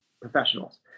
professionals